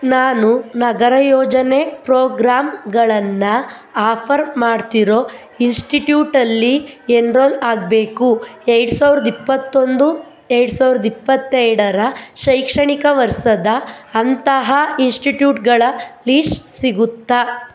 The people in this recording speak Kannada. ನಾನು ನಗರ ಯೋಜನೆ ಪ್ರೋಗ್ರಾಮ್ಗಳನ್ನು ಆಫರ್ ಮಾಡ್ತಿರೋ ಇನ್ಸ್ಟಿಟ್ಯೂಟಲ್ಲಿ ಎನ್ರೋಲ್ ಆಗಬೇಕು ಎರಡು ಸಾವಿರದ ಇಪ್ಪತ್ತೊಂದು ಎರಡು ಸಾವಿರದ ಇಪ್ಪತ್ತೆರಡರ ಶೈಕ್ಷಣಿಕ ವರ್ಷದ ಅಂತಹ ಇನ್ಸ್ಟಿಟ್ಯೂಟ್ಗಳ ಲಿಸ್ಟ್ ಸಿಗುತ್ತಾ